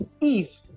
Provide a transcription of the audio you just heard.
Eve